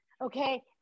Okay